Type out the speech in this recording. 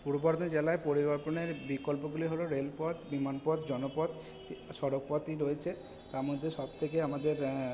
পূর্ব বর্ধমান জেলায় পরি বিকল্পগুলি হল রেলপথ বিমানপথ জনপথ সড়কপথই রয়েছে তার মধ্যে সবথেকে আমাদের